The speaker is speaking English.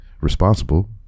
Responsible